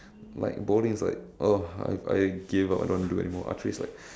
like bowling is like ugh I I give up I don't want to do it anymore archery is like